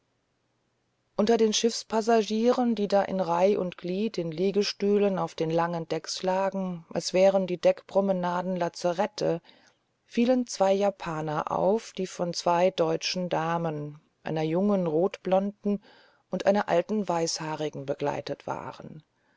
unter den schiffspassagieren die da in reih und glied in liegestühlen auf den langen decks lagen als wären die deckpromenaden lazarette fielen zwei japaner auf die von zwei deutschen damen einer jungen rotblonden und einer alten weißhaarigen begleitet waren